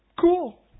cool